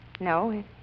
no